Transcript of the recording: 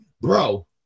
Bro